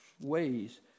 ways